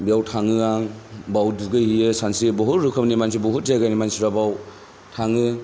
बेयाव थाङो आं बाव दुगैहैयो सानस्रियो बहुद रोखोमनि मानसि बहुद जायगानि मानसिफ्रा बाव थाङो